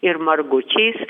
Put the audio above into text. ir margučiais